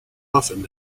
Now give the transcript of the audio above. often